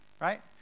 right